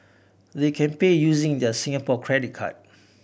they can pay using their Singapore credit card